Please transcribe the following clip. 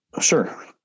Sure